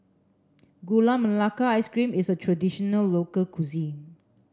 Gula Melaka Ice Cream is a traditional local cuisine